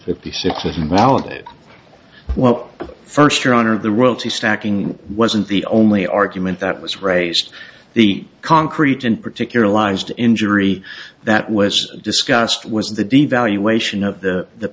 it well first your honor the royalty stacking wasn't the only argument that was raised the concrete in particular lies to injury that was discussed was the devaluation of the